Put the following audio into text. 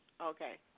Okay